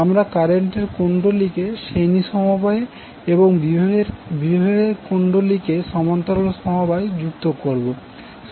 আমরা কারেন্টের কুণ্ডলীকে শ্রেণী সমবায়ে এবং বিভবের কুণ্ডলীকে সমান্তরাল সমবায় যুক্ত করব